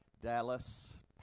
Dallas